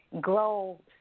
grow